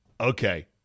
okay